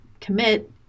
commit